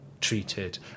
treated